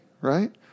right